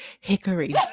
Hickory